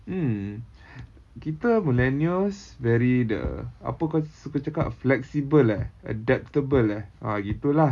mm kita millenials very the apa kau suka cakap flexible eh adaptable eh ah gitu lah